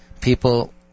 people